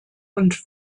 und